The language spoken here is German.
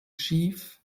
schief